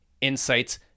insights